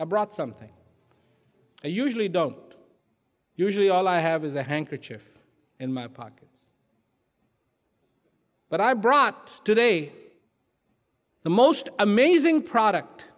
i brought something i usually don't usually all i have is a handkerchief in my pockets but i brought today the most amazing product